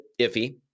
iffy